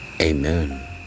Amen